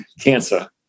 cancer